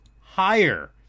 higher